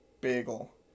bagel